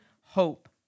hope